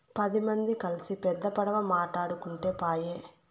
పది మంది కల్సి పెద్ద పడవ మాటాడుకుంటే పాయె